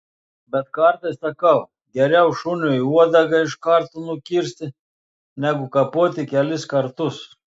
bet kartais sakau geriau šuniui uodegą iš karto nukirsti negu kapoti kelis kartus